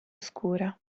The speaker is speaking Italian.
oscura